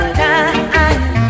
time